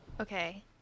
Okay